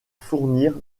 fournir